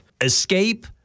escape